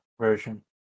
version